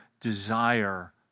desire